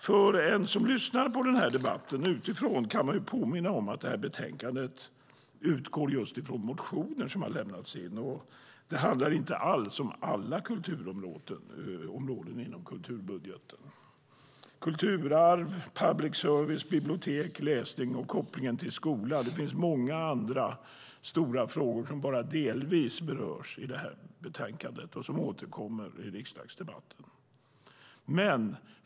För den som lyssnar på den här debatten utifrån kan jag påminna om att betänkandet utgår från motioner som har väckts. Det handlar inte alls om alla kulturområden inom kulturbudgeten. Det finns många andra stora frågor som bara delvis berörs i betänkandet och som återkommer i riksdagsdebatten. Det gäller kulturarv, public service, bibliotek, läsning och kopplingen till skola.